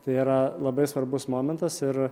tai yra labai svarbus momentas ir